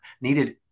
needed